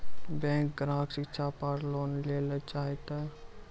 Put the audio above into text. Bank ग्राहक शिक्षा पार लोन लियेल चाहे ते?